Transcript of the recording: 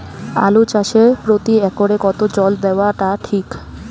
আলু চাষে প্রতি একরে কতো জল দেওয়া টা ঠিক?